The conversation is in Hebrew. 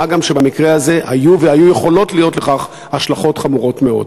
מה גם שבמקרה הזה היו יכולות להיות לכך השלכות חמורות מאוד.